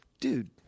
Dude